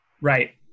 Right